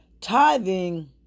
Tithing